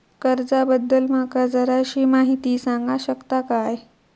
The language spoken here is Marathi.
कर्जा बद्दल माका जराशी माहिती सांगा शकता काय?